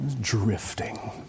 Drifting